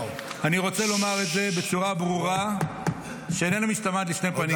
אני רוצה לומר את זה בצורה ברורה שאיננה משתמעת לשתי פנים.